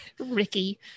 ricky